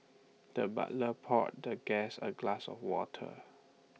the butler poured the guest A glass of water